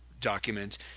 document